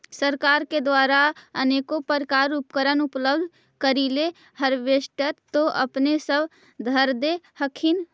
सरकार के द्वारा अनेको प्रकार उपकरण उपलब्ध करिले हारबेसटर तो अपने सब धरदे हखिन?